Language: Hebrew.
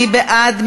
מי בעד?